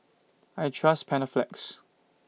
I Trust Panaflex